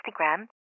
Instagram